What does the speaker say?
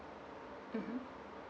mmhmm